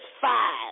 five